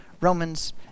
Romans